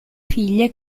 figlie